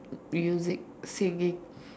music singing